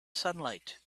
sunlight